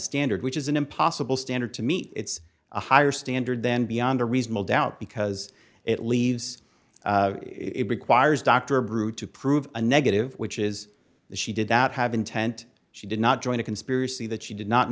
standard which is an impossible standard to meet it's a higher standard than beyond a reasonable doubt because it leaves it requires dr brewer to prove a negative which is she did that have intent she did not join a conspiracy that she did not